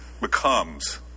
becomes